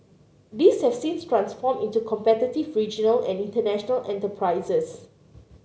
these have since transformed into competitive regional and international enterprises